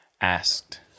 asked